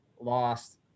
lost